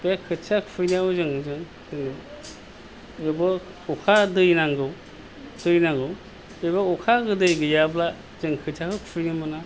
बे खोथिया खुबैनायाव जों जोंनो बेयावबो अखा दै नांगौ दै नांगौ बेबो अखा दै गैयाब्ला जों खोथियाखौ खुबैनो मोना